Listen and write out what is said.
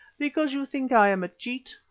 because you think i am a cheat,